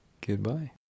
goodbye